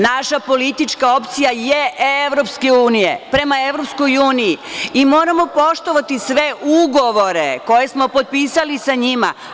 Naša politička opcija je prema EU i moramo poštovati sve ugovore koje smo potpisali sa njima.